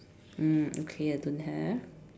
mm okay I don't have